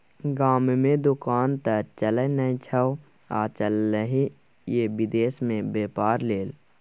गाममे दोकान त चलय नै छौ आ चललही ये विदेश मे बेपार लेल